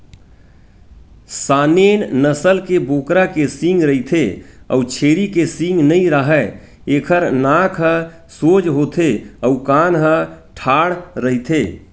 Saanen नसल के बोकरा के सींग रहिथे अउ छेरी के सींग नइ राहय, एखर नाक ह सोज होथे अउ कान ह ठाड़ रहिथे